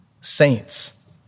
saints